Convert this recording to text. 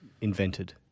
invented